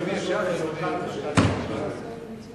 אתה רוצה להשעות את עצמך, תשעה.